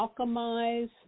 alchemize